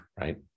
right